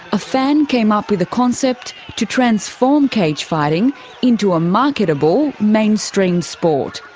a fan came up with a concept to transform cage fighting into a marketable, mainstream sport.